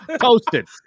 Toasted